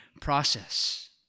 process